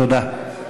תודה.